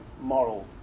moral